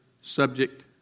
subject